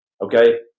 Okay